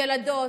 ילדות.